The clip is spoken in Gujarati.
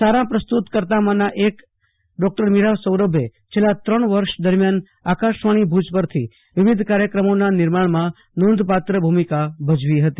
સારા પ્રસારણ કર્તાના એક ડોક્ટર મીરા સૌરભે છેલ્લા ત્રણ વર્ષ દરમિયાન આકાશવાણી ભુજ પરથી વિવિધ કાર્યક્રમોના નિર્માણમાં નોધપાત્ર ભૂમિકા ભજવી હતી